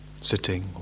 Sitting